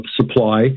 supply